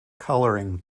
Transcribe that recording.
coloring